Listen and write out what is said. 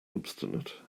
obstinate